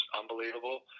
unbelievable